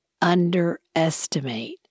underestimate